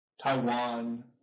Taiwan